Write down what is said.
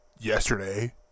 yesterday